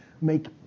make